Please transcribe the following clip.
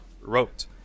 wrote